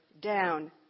down